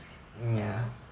ya